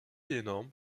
énorme